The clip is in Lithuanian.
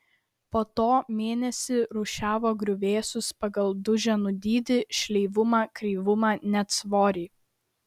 po to mėnesį rūšiavo griuvėsius pagal duženų dydį šleivumą kreivumą net svorį